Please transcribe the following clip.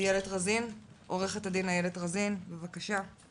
עוה"ד איילת רזין, בבקשה.